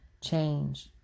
Change